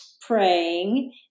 praying